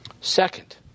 Second